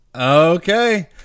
okay